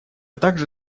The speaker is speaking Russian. также